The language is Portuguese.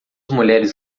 mulheres